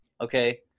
Okay